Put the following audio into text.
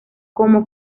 como